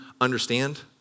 understand